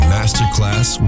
Masterclass